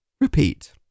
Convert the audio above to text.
Repeat